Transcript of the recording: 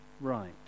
right